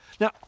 Now